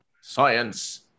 science